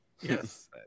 yes